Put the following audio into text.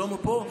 שלמה פה?